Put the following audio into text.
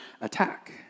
attack